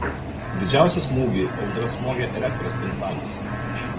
didžiausią smūgį audra smogė elektros tinklams